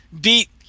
beat